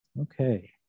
Okay